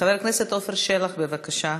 חבר הכנסת עפר שלח, בבקשה.